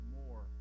more